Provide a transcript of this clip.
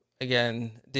again